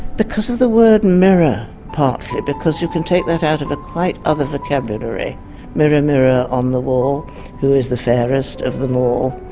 because of the word mirror partly because you can take that out of a quite other vocabulary mirror, and mirror on the wall who is the fairest of them all?